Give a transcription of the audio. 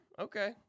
okay